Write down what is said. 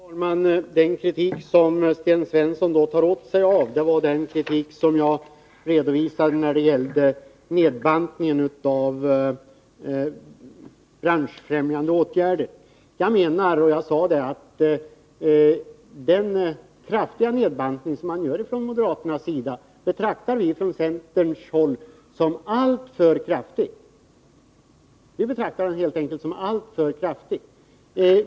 Herr talman! Den kritik som Sten Svensson tar åt sig av är den som jag framfört när det gäller nedbantningen av branschfrämjande åtgärder. Jag sade att den kraftiga nedbantning som moderaterna föreslår betraktar vi inom centern helt enkelt som alltför kraftig.